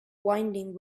winding